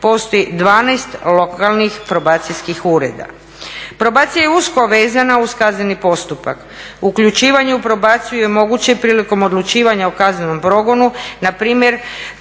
postoji 12 lokalnih probacijskih ureda. Probacija je usko vezana uz kazneni postupak. Uključivanje u probaciju je moguće prilikom odlučivanja o kaznenom progonu, npr.